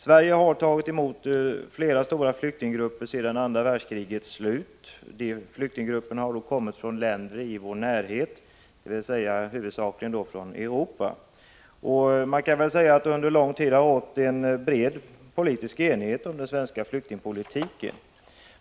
Sverige har tagit emot flera stora flyktinggrupper sedan andra världskrigets slut. Flyktinggrupperna har då kommit från länder i vår närhet, dvs. huvudsakligen från Europa. Man kan väl påstå att det under lång tid har rått en bred politisk enighet om den svenska flyktingpolitiken.